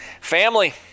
family